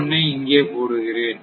ஐ இங்கே போடுகிறேன்